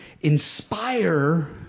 inspire